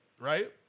right